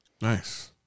Nice